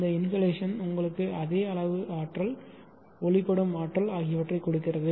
இந்த இன்சோலேஷன் உங்களுக்கு அதே அளவு ஆற்றல் ஒளிபடும் ஆற்றல் ஆகியவற்றைக் கொடுக்கிறது